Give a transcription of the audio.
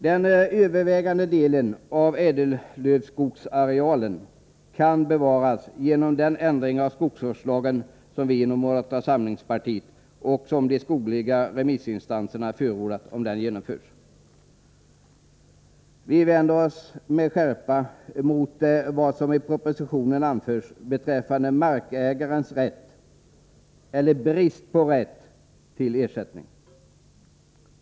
Den övervägande delen av ädellövskogsarealen kan bevaras, om den ändring av skogsvårdslagen genomförs som vi inom moderata samlingspartiet och de skogliga remissinstanserna förordar. Vi vänder oss med skärpa mot vad som i propositionen anförs beträffande markägarnas brist på rätt till ersättning.